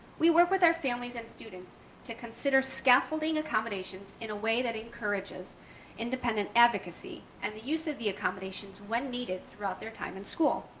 we work with their families and students to consider scaffolding accommodations in a way that encourages independent advocacy and the use of the accommodations when needed throughout their time in school.